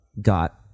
got